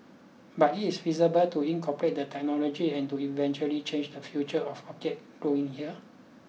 but is it feasible to incorporate the technology and to eventually change the future of orchid growing here